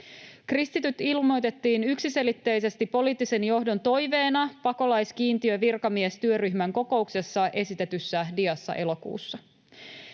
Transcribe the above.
Kristityt ilmoitettiin yksiselitteisesti poliittisen johdon toiveena pakolaiskiintiövirkamiestyöryhmän kokouksessa esitetyssä diassa elokuussa.